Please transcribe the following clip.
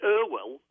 Irwell